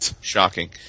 shocking